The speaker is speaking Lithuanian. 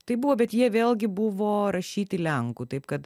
tai buvo bet jie vėlgi buvo rašyti lenkų taip kad